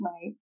Right